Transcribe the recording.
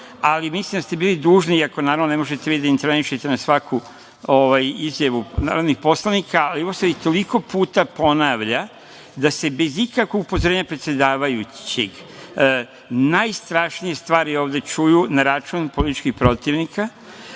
ali mislim da ste bili dužni, iako naravno ne možete vi da intervenišete na svaku izjavu narodnih poslanika, ali ono se toliko puta ponavlja da se bez ikakvog upozorenja predsedavajućeg najstrašnije stvari ovde čuju na račun političkih protivnika,